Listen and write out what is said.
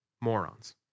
morons